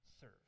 Serve